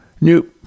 Nope